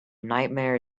nightmare